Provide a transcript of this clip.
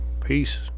Peace